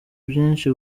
byinshi